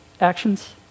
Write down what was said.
actions